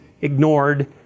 ignored